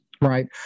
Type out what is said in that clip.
right